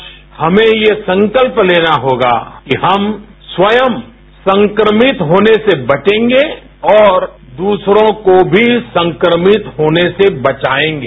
आज हमें यह संकल्प लेना होगा कि हम स्वयं संक्रमित होने से बचेंगे और दूसरों को भी संक्रमित होने से बचायेंगे